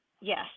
Yes